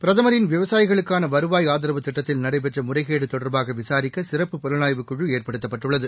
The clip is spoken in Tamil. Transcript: பிரதமரின் விவசாயிகளுக்கான வருவாய் ஆதரவு திட்டத்தில் நடைபெற்ற முறைகேடு தொடர்பாக விசாரிக்க சிறப்பு புலனாய்வுக் குழு ஏற்படுத்தப்பட்டுள்ளது